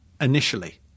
initially